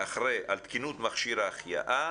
אחרי "על תקינות מכשיר ההחייאה"